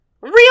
Real